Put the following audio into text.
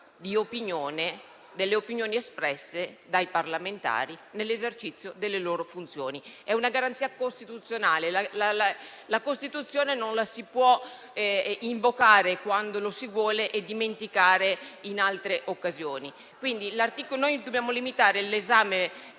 la libertà delle opinioni espresse dai parlamentari nell'esercizio delle loro funzioni: è una garanzia costituzionale. La Costituzione non la si può invocare quando si vuole e dimenticare in altre occasioni. Noi dobbiamo limitare l'esame,